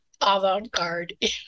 avant-garde